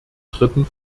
dritten